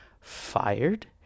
fired